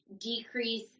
decrease